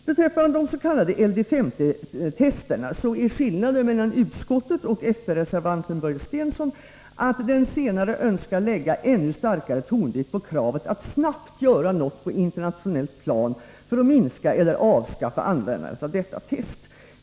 Beträffande de s.k. LD50-testerna är skillnaden mellan utskottet och fp-reservanten, Börje Stensson, att den senare önskar lägga ännu starkare tonvikt på kravet att snabbt göra något på internationellt plan för att minska eller avskaffa användandet av detta test.